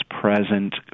present